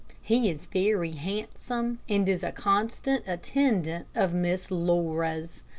he is very handsome, and is a constant attendant of miss laura's.